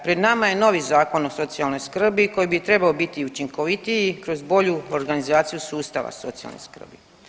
Pred nama je novi Zakon o socijalnoj skrbi koji bi trebao biti učinkovitiji kroz bolju organizaciju sustava socijalne skrbi.